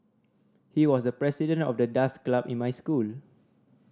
he was the president of the dance club in my school